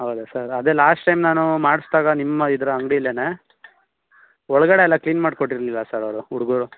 ಹೌದಾ ಸರ್ ಅದೇ last time ನಾನು ಮಾಡಿಸ್ದಾಗ ನಿಮ್ಮ ಇದರ ಅಂಗ್ಡಿಲೇ ಒಳಗಡೆ ಎಲ್ಲ ಕ್ಲೀನ್ ಮಾಡಿಕೊಟ್ಟಿರ್ಲಿಲ್ಲ ಸರ್ ಅವರು ಹುಡುಗರು